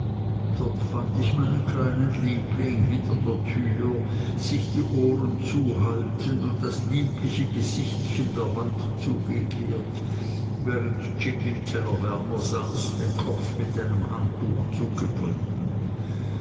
dort fand ich meinen kleinen liebling hinter der tür sich die ohren zuhaltend und das liebliche gesichtchen der wand zugekehrt während jip im tellerwärmer saß den kopf mit einem handtuch zugebunden